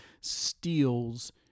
steals